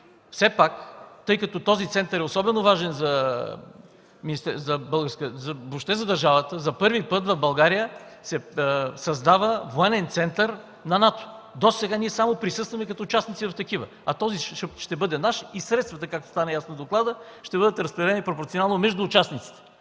на отбраната. Този център е особено важен въобще за държавата, за първи път в България се създава военен център на НАТО! Досега ние само присъстваме като участници в такива. Този ще бъде наш и средствата, както стана ясно от доклада, ще бъдат разпределени пропорционално между участниците!